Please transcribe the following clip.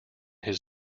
his